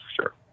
sure